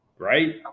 Right